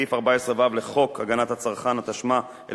התשע"ב 2012. ולאחר מכן,